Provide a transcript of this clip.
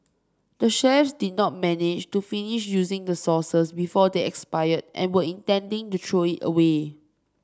the chefs did not manage to finish using the sauces before they expired and were intending to throw away